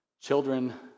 children